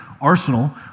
arsenal